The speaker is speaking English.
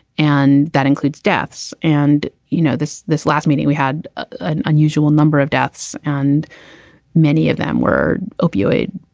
and that includes deaths. and, you know, this this last meeting, we had an unusual number of deaths and many of them were opioid,